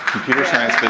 computer science, but